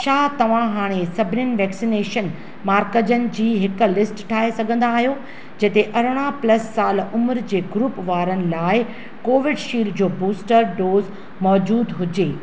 छा तव्हां हाणे सभिनीनि वैक्सिनेशन मर्कज़नि जी हिकु लिस्ट ठाहे सघंदा आहियो जिते अरिड़हं प्लस साल उमिरि जे ग्रूप वारनि लाइ कोविडशील्ड जो बूस्टर डोज़ मौजूदु हुजे